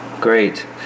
Great